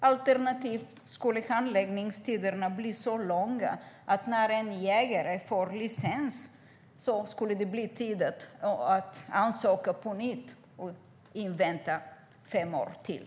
Alternativt skulle handläggningstiderna bli så långa att när en jägare får licens är det hög tid att ansöka på nytt och vänta i fem år till.